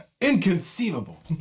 Inconceivable